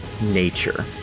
nature